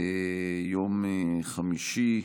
יום חמישי,